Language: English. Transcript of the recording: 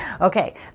Okay